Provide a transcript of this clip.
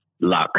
luck